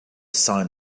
sign